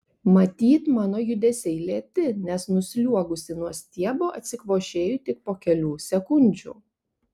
matyt mano judesiai lėti nes nusliuogusi nuo stiebo atsikvošėju tik po kelių sekundžių